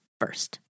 first